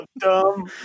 dumb